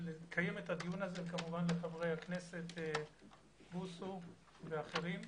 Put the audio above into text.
לקיים את הדיון חבר הכנסת בוסו ואחרים.